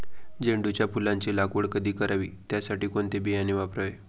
झेंडूच्या फुलांची लागवड कधी करावी? त्यासाठी कोणते बियाणे वापरावे?